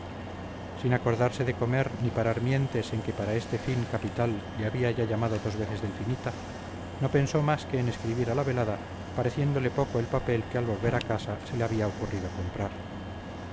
sin acordarse de comer ni parar mientes en que para este fin capital le había ya llamado dos veces delfinita no pensó más que en escribir a la velada pareciéndole poco el papel que al volver a casa se le había ocurrido comprar